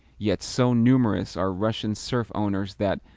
yet, so numerous are russian serf owners that,